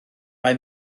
mae